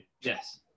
yes